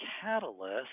catalyst